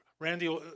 Randy